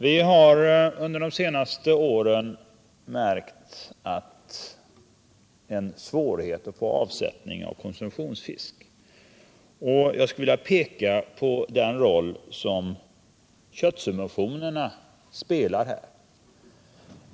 Vi har under de senaste åren känt av svårigheter att få avsättning för konsumtionsfisken. Jag kan där peka på den roll som köttsubventionerna spelar.